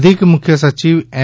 અધિક મુખ્ય સચિવ એમ